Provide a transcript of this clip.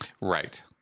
Right